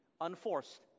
unforced